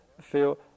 feel